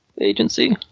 agency